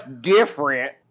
different